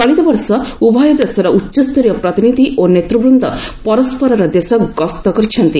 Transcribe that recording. ଚଳିତ ବର୍ଷ ଉଭୟ ଦେଶର ଉଚ୍ଚସ୍ତରୀୟ ପ୍ରତିନିଧି ଓ ନେତୂବନ୍ଦ ପରସରର ଦେଶ ଗସ୍ତ କରିଛନ୍ତି